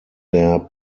der